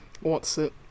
what's-it